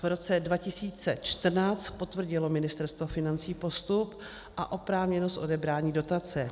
V roce 2014 potvrdilo Ministerstvo financí postup a oprávněnost odebrání dotace.